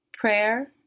Prayer